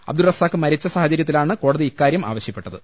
അബ്ദുൽ റസാഖ് മരിച്ച സാഹചര്യത്തിലാണ് കോടതി ഇക്കാരൃം ആവശ്യപ്പെട്ടത്